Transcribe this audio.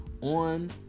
on